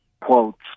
quotes